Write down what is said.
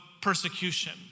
persecution